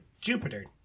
Jupiter